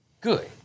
good